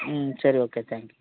ம் சரி okay thank you